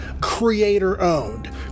creator-owned